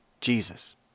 Jesus